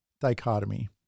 dichotomy